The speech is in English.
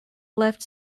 left